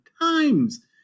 times